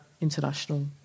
international